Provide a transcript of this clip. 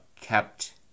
kept